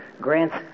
grants